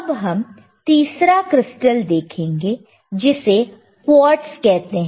अब हम तीसरा क्रिस्टल देखेंगे जिसे क्वार्ट्ज कहते हैं